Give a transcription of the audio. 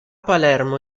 palermo